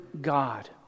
God